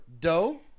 dough